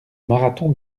marathon